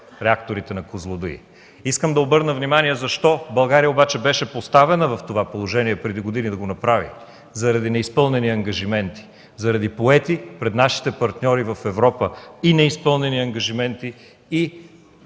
реакторите на „Козлодуй”. Искам да обърна внимание защо България беше поставена в това положение преди години – заради неизпълнени ангажименти, заради поети пред нашите партньори в Европа и неизпълнени ангажименти и